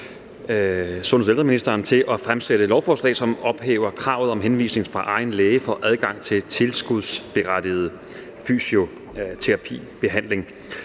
sundheds- og ældreministeren til at fremsætte et lovforslag, som ophæver kravet om henvisning fra egen læge for adgang til tilskudsberettiget fysioterapibehandling.